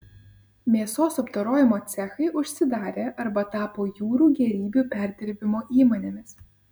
mėsos apdorojimo cechai užsidarė arba tapo jūrų gėrybių perdirbimo įmonėmis